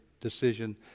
decision